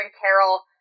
Carol